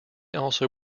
also